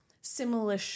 similar